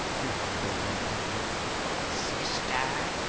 who had their one eye sister,